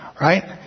right